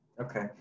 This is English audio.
Okay